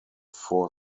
four